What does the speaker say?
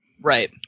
Right